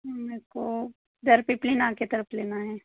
मुझको घर के तरफ़ लेना है